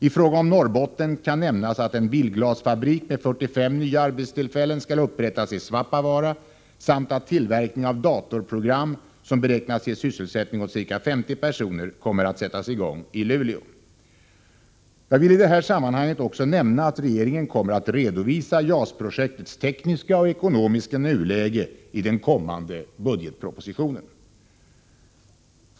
I fråga om Norrbotten kan nämnas att en bilglasfabrik med 45 nya arbetstillfällen skall upprättas i Svappavaara samt att tillverkning av datorprogram, som beräknas ge sysselsättning åt ca 50 personer, kommer att sättas i gång i Luleå. Jag vill i det här sammanhanget också nämna att regeringen kommer att redovisa JAS-projektets tekniska och ekonomiska nuläge i den kommande budgetpropositionen.